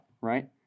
right